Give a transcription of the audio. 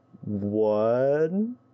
one